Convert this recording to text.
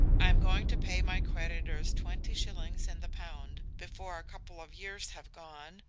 i am going to pay my creditors twenty shillings in the pound before a couple of years have gone,